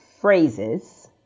phrases